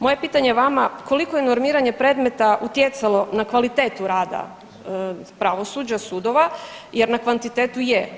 Moje je pitanje vama koliko je normiranje predmeta utjecalo na kvalitetu rada pravosuđa, jer na kvantitetu je.